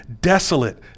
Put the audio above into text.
desolate